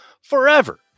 forever